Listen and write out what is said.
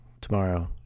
tomorrow